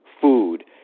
food